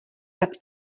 tak